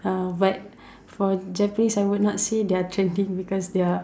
uh but for Japanese I would not say they're trending because their